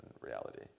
reality